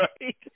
right